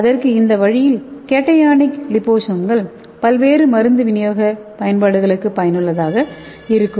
அதற்கு இந்த வழியில் கேஷனிக் லிபோசோம்கள் பல்வேறு மருந்து விநியோக பயன்பாடுகள்களுக்கு பயனுள்ளதாக இருக்கும்